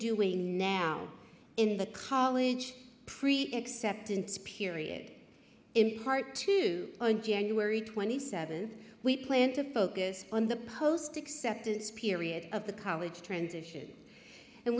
doing now in the college pre except in spirit in part two on january twenty seventh we plan to focus on the post acceptance period of the college transition and